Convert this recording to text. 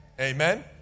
amen